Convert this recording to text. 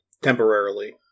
Temporarily